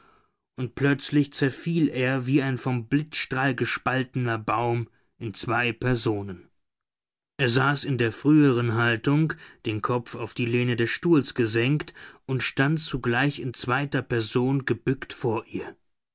und plötzlich zerfiel er wie ein vom blitzstrahl gespaltener baum in zwei personen er saß in der früheren haltung den kopf auf die lehne des stuhles gesenkt und stand zugleich in zweiter person gebückt vor ihr